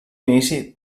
inici